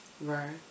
Right